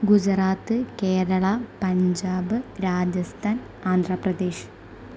Gujarat Kerala Punjab Rajasthan Andhra Pradesh